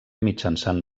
mitjançant